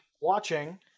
watching